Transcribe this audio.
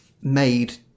made